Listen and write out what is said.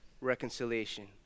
Reconciliation